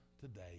today